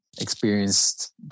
experienced